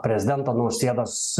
prezidento nausėdos